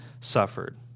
suffered